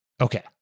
Okay